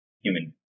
human